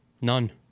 None